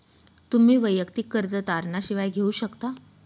तुम्ही वैयक्तिक कर्ज तारणा शिवाय घेऊ शकता